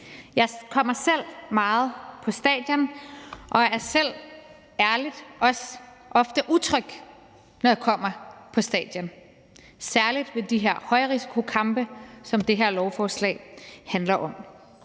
Jeg kommer selv meget på stadion og er selv, ærligt, også ofte utryg, når jeg kommer på stadion – særlig ved de her højrisikokampe, som det her lovforslag handler om.